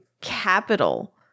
capital